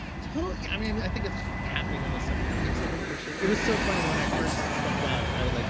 tot yeah i mean, i think that's happening on a subconscious level, for sure. it was so funny. when i first stepped out, and would like